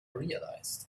realized